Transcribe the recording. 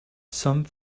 some